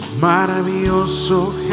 maravilloso